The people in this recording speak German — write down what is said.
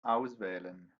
auswählen